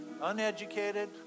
uneducated